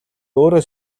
өөрөө